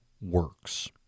works